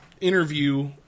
interview